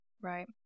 Right